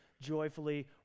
joyfully